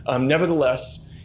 Nevertheless